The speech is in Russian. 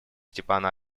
степана